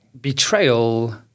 betrayal